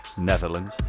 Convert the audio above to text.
Netherlands